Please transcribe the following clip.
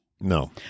No